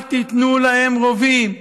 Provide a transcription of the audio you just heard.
אל תיתנו להם רובים.